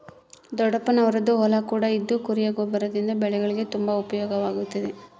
ದೊಡ್ಡಪ್ಪನವರದ್ದು ಹೊಲ ಕೂಡ ಇದ್ದು ಕುರಿಯ ಗೊಬ್ಬರದಿಂದ ಬೆಳೆಗಳಿಗೆ ತುಂಬಾ ಉಪಯೋಗವಾಗುತ್ತಿದೆ